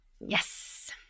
Yes